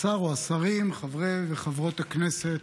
השר או השרים, חברי וחברות הכנסת,